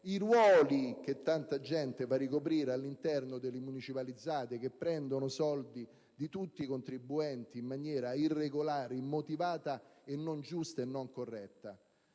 ai ruoli che tanta gente va a ricoprire all'interno delle municipalizzate, che prendono i soldi di tutti i contribuenti, in maniera irregolare, immotivata, non giusta e non corretta.